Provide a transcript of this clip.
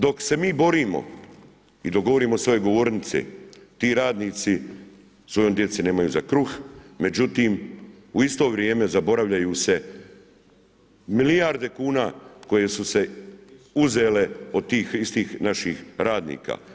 Dok se mi borimo i dogovorimo s ove govornice, ti radnici svojoj djeci nemaju za kruh, međutim u isto vrijeme zaboravljaju se milijarde kuna koje su se uzele od tih istih naših radnika.